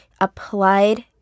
applied